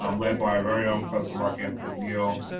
um led by our very own professor mark anthony neal,